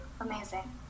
amazing